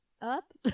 up